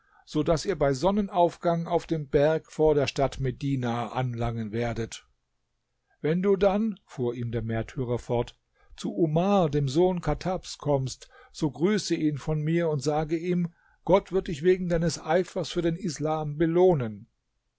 so daß ihr bei sonnenaufgang auf dem berg vor der stadt medina anlangen werdet wenn du dann fuhr der märtyrer fort zu omar dem sohn chattabs kommst so grüße ihn von mir und sage ihm gott wird dich wegen deines eifers für den islam belohnen